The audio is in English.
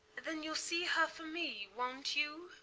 then youll see her for me, wont you?